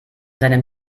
seinem